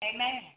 Amen